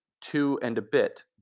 two-and-a-bit